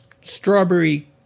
strawberry